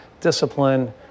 discipline